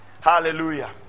Hallelujah